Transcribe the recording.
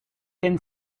can